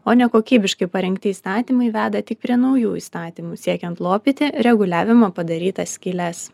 o nekokybiškai parengti įstatymai veda tik prie naujų įstatymų siekiant lopyti reguliavimo padarytas skyles